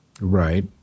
Right